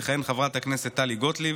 תכהן חברת הכנסת טלי גוטליב.